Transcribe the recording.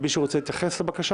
(תיקון קביעה כהוראת קבע),